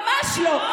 ממש לא.